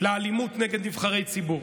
לאלימות נגד נבחרי ציבור,